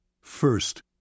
First